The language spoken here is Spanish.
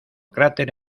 cráter